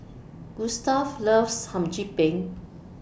Gustave loves Hum Chim Peng